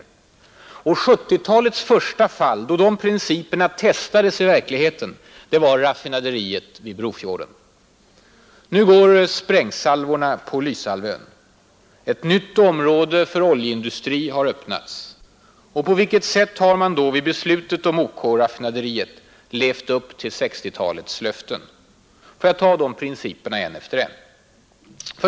1970-talets första fall, då de principerna blev prövade, var raffinaderiet vid Brofjorden. Nu går sprängsalvorna på Lysehalvön. Ett nytt område för oljeindustri har öppnats. På vilket sätt har man då vid beslutet om OK-raffinaderiet levt upp till 1960-talets löften? Får jag ta principerna en efter en.